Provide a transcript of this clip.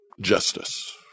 justice